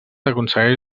aconsegueix